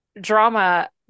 drama